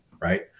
right